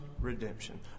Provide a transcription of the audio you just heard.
redemption